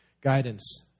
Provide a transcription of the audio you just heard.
guidance